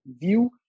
view